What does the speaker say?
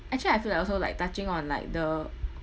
actually I feel like also like touching on like the